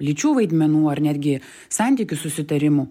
lyčių vaidmenų ar netgi santykių susitarimų